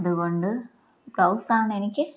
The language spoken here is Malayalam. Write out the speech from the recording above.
അതുകൊണ്ട് ബ്ലൗസാണെനിക്ക്